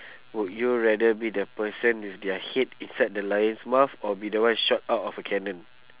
would you rather be the person with their head inside the lion's mouth or be the one shot out of a cannon